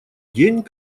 день